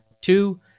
Two